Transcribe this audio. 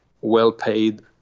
well-paid